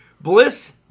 Bliss